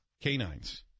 canines